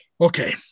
Okay